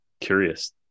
curious